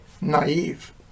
naive